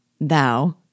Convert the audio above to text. thou